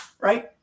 right